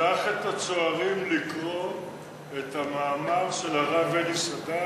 שלח את הצוערים לקרוא את המאמר של הרב אלי סדן,